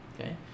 okay